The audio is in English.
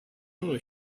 only